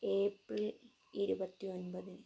April ഇരുപത്തി ഒമ്പത്